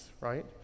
right